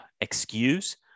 excuse